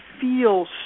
feel